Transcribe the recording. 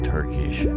Turkish